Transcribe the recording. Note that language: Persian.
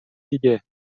دیگه